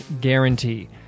guarantee